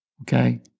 okay